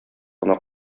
гына